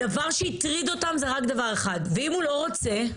הדבר שהטריד אותם זה רק דבר אחד: ואם הוא לא רוצה?